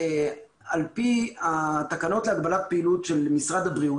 כל מי שהיה פתוח על פי התקנות להגבלת פעילות של משרד הבריאות,